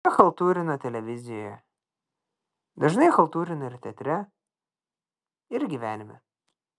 jie chaltūrina televizijoje dažnai chaltūrina ir teatre ir gyvenime